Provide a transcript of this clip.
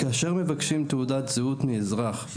כאשר מבקשים תעודת זהות מאזרח,